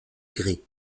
gris